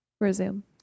Resume